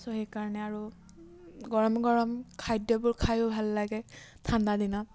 চ' সেইকাৰণে আৰু গৰম গৰম খাদ্যবোৰ খায়ো ভাল লাগে ঠাণ্ডাদিনত